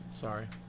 Sorry